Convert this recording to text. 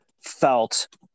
felt